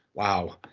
wow,